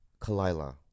Kalila